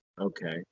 okay